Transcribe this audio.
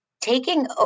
taking